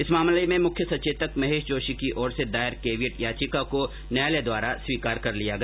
इस मामले में मुख्य सचेतक महेश जोशी की ओर से दायर कैवियट याचिका को न्यायालय द्वारा स्वीकार कर लिया गया